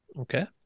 Okay